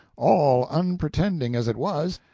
all unpretending as it was,